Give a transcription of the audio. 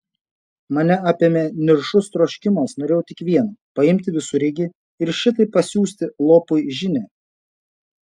mane apėmė niršus troškimas norėjau tik vieno paimti visureigį ir šitaip pasiųsti lopui žinią